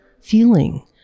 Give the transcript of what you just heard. feeling